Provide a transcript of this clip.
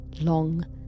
long